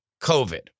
COVID